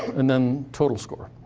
and then total score.